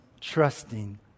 trusting